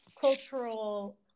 cultural